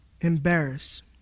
embarrass